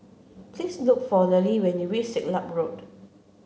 please look for Nealie when you reach Siglap Road